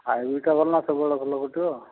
ହାଇବ୍ରୀଡ଼୍ଟା ଭଲ ନା ସବୁବେଳେ ଫୁଲ ଫୁଟିବ